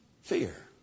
Fear